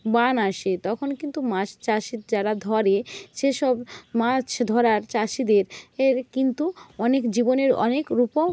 বান আসে তখন কিন্তু মাছ চাষের যারা ধরে সেসব মাছ ধরার চাষিদের কিন্তু অনেক জীবনের অনেক